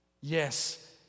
Yes